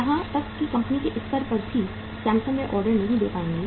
यहां तक कि कंपनी के स्तर पर भी सैमसंग वे ऑर्डर नहीं दे पाएंगे